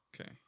Okay